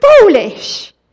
foolish